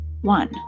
One